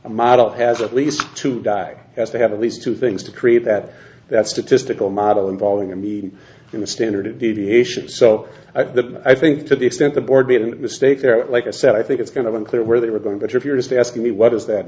a model has at least to die has to have at least two things to create that that statistical model involving i mean in the standard deviations so that i think to the extent the board meeting mistake there like i said i think it's going to unclear where they were going but if you're just asking me what does that